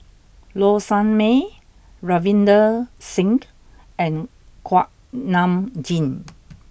Low Sanmay Ravinder Singh and Kuak Nam Jin